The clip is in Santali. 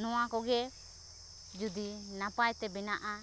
ᱱᱚᱣᱟ ᱠᱚᱜᱮ ᱡᱩᱫᱤ ᱱᱟᱯᱟᱭᱛᱮ ᱵᱮᱱᱟᱜᱼᱟ